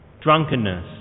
drunkenness